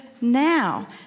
now